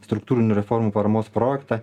struktūrinių reformų paramos projektą